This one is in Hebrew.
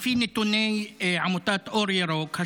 לפי נתוני עמותת אור ירוק,